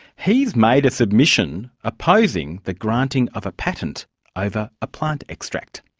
he's made a submission opposing the granting of a patent over a plant extract.